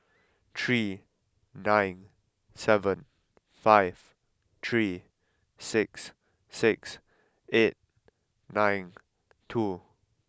three nine seven five three sis six eight nine two